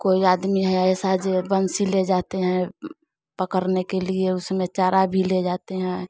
कोई आदमी है ऐसा जे बंसी ले जाते हैं पकड़ने के लिए उसमें चारा भी ले जाते हैं